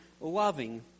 loving